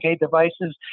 devices